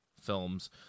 films